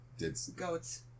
goats